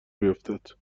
بیفتد